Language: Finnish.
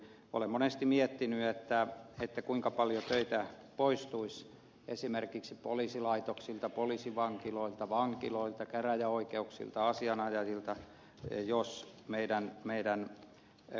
olen monesti miettinyt kuinka paljon töitä poistuisi esimerkiksi poliisilaitoksilta poliisivankiloilta vankiloilta käräjäoikeuksilta asianajajilta jos meidän kulttuurimme olisi toinen